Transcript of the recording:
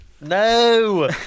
No